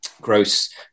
gross